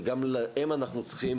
וגם להם אנחנו צריכים